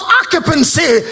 occupancy